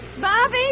Bobby